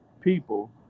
people